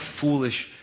foolish